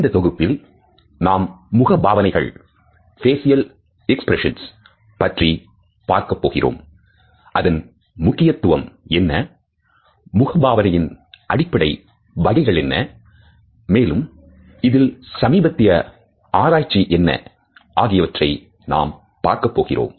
இந்த தொகுப்பில் நாம் முக பாவனைகள் பற்றி பார்க்க போகிறோம் அதன் முக்கியத்துவம் என்ன முக பாவனையின் அடிப்படை வகைகள் என்ன மேலும் இதில் சமீபத்திய ஆராய்ச்சி என்ன ஆகியவற்றை நாம் பார்க்கப் போகிறோம்